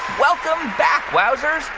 welcome back, wowzers.